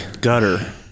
Gutter